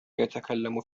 يتكلم